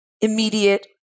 immediate